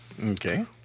Okay